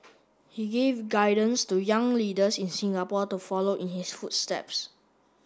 he give guidance to young leaders in Singapore to follow in his footsteps